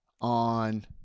on